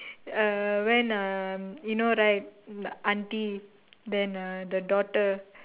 uh when uh you know right auntie then uh the daughter